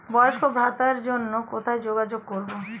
বয়স্ক ভাতার জন্য কোথায় যোগাযোগ করব?